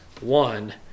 one